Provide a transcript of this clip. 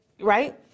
Right